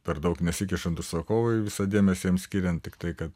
per daug nesikišant užsakovui visą dėmesį jam skiriant tiktai kad